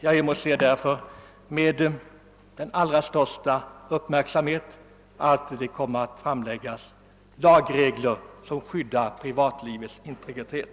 Jag emotser därför med största intresse att regeringen framlägger förslag till lagregler som skyddar privatlivets integritet.